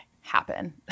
happen